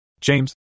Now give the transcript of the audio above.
James